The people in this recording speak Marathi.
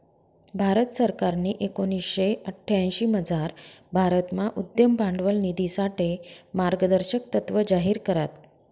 भारत सरकारनी एकोणीशे अठ्यांशीमझार भारतमा उद्यम भांडवल निधीसाठे मार्गदर्शक तत्त्व जाहीर करात